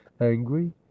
angry